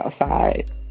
outside